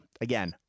again